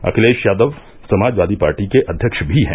Akhilesh Yadav Samajwadi Party के अध्यक्ष भी हैं